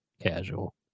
Casual